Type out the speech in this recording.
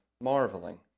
marveling